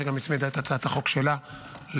שגם הצמידה את הצעת החוק שלה להצעה.